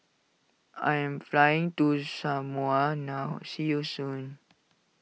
I am flying to Samoa now see you soon